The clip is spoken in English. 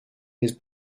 his